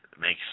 makes